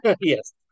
Yes